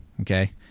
okay